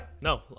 No